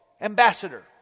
ambassador